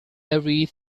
every